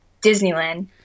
Disneyland